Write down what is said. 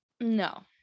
No